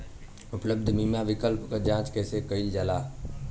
उपलब्ध बीमा विकल्प क जांच कैसे कइल जाला?